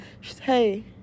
Hey